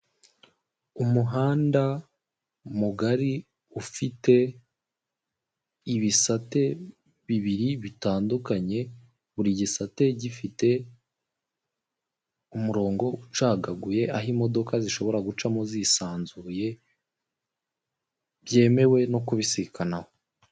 Umuhanda mugari ufite ibisate bibiri bitandukanye, buri gisate gifite umurongo ucagaguye aho imodoka zishobora gucamo zisanzuye byemewe no kubisikanaho.